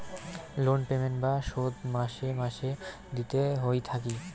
loan payment বা শোধ মাসে মাসে দিতে হই থাকি